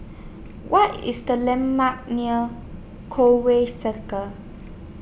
What IS The landmarks near Conway Circle